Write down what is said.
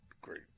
great